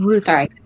Sorry